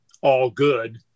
all-good